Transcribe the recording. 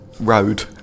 Road